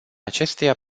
acesteia